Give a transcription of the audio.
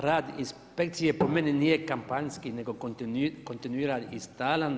Rad inspekcije po meni nije kampanjski nego kontinuiran i stalan.